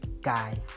guy